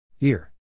Ear